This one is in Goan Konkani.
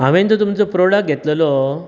हांवें जो तुमचो प्रोडक्ट घेतललो